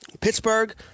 Pittsburgh